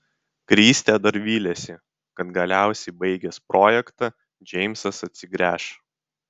kristė dar vylėsi kad galiausiai baigęs projektą džeimsas atsigręš